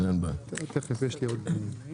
יש לי עוד זמן.